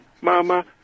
mama